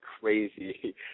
crazy